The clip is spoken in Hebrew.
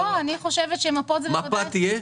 אני חושבת שמפות זה --- תהיה מפה?